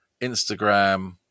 instagram